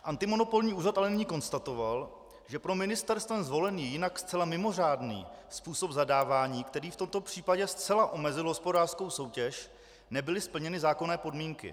Antimonopolní úřad ale nyní konstatoval, že pro ministerstvem zvolený, jinak zcela mimořádný způsob zadávání, který v tomto případě zcela omezil hospodářskou soutěž, nebyly splněny zákonné podmínky.